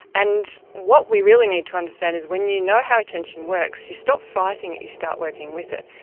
and what we really need to understand is when you know how attention works you stop fighting it, you start working with it.